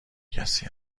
کسی